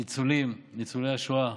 הניצולים, ניצולי השואה,